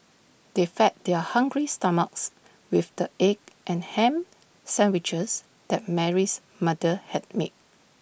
they fed their hungry stomachs with the egg and Ham Sandwiches that Mary's mother had made